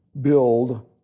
Build